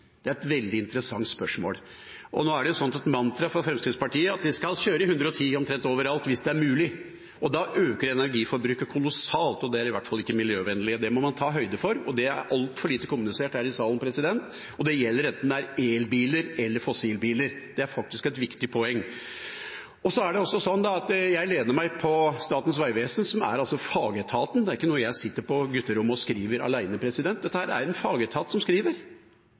Det er et veldig interessant spørsmål. Nå er det et mantra for Fremskrittspartiet at de skal kjøre i 110 km/t overalt hvis det er mulig. Da øker energiforbruket kolossalt, og det er i hvert fall ikke miljøvennlig. Det må man ta høyde for. Det er altfor lite kommunisert her i salen, og det gjelder enten det er elbiler eller fossilbiler. Det er faktisk et viktig poeng. Jeg lener meg på Statens vegvesen, som er fagetaten, det er ikke noe jeg sitter på gutterommet og skriver alene. Dette er det en fagetat som skriver.